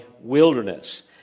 wilderness